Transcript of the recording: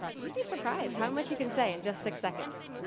you'd be surprised how much you can say in just six seconds.